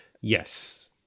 Yes